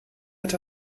hat